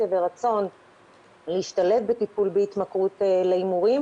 ורצון להשתלב בטיפול בהתמכרות להימורים,